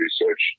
research